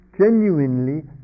genuinely